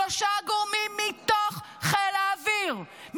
שלושה גורמים מתוך חיל האוויר,